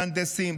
מהנדסים,